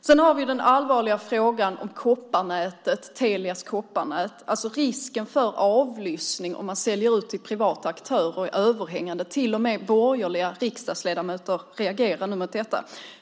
Sedan har vi den allvarliga frågan om Telias kopparnät. Risken för avlyssning är överhängande om man säljer ut till privata aktörer. Till och med borgerliga riksdagsledamöter reagerar nu mot detta.